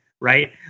right